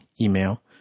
email